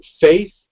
faith